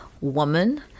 woman